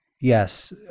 yes